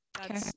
Okay